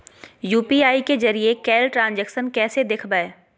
UPI के जरिए कैल ट्रांजेक्शन कैसे देखबै?